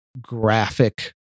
graphic